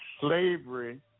slavery